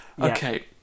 Okay